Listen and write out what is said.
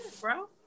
bro